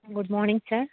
good morning sir